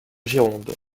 gironde